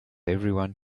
everyone